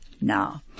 now